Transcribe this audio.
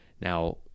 Now